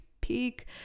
peak